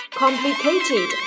complicated